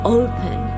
open